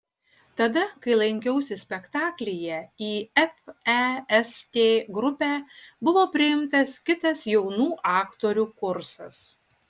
tada kai lankiausi spektaklyje į fest trupę buvo priimtas kitas jaunų aktorių kursas